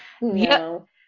No